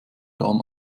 darm